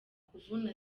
kuvuna